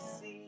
see